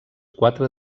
quatre